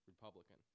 Republican